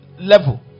level